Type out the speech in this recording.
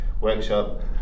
workshop